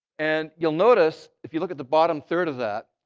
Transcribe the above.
and you'll notice if you look at the bottom third of that,